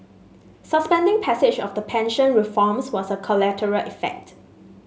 suspending passage of the pension reforms was a collateral effect